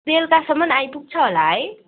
बेलुकासम्म आइपुग्छ होला है